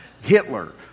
Hitler